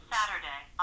Saturday